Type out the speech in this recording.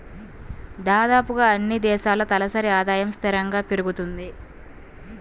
దాదాపుగా అన్నీ దేశాల్లో తలసరి ఆదాయము స్థిరంగా పెరుగుతుంది